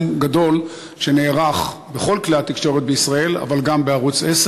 גדול שנערך בכל כלי התקשורת בישראל וגם בערוץ 10,